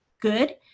good